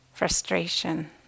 frustration